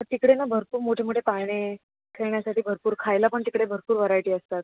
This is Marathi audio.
तर तिकडे ना भरपूर मोठे मोठे पाळणे खेळण्यासाठी भरपूर खायला पण तिकडे भरपूर व्हरायटी असतात